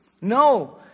No